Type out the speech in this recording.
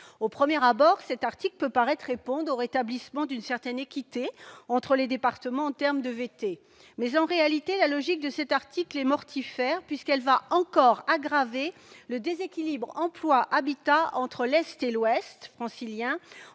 Au premier abord, cet article peut paraître répondre au rétablissement d'une certaine équité entre les départements en matière de versement transport. Mais, en réalité, la logique de cet article est mortifère : elle revient à aggraver encore le déséquilibre emploi-habitat entre l'est et l'ouest franciliens,